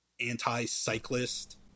anti-cyclist